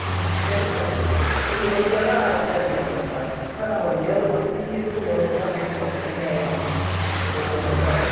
ம் சரி சார் நீங்கள் அப்படி ஓகேன்னா சரி சார் நாங்கள் சார் நாங்கள் ஒரு ஏழு மணிக்கு இருந்து வருவோம் சார் நைட் பத்து மணி ஆகிரும் ஓகேங்களா சார்